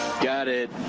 got it.